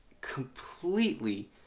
completely